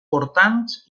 portants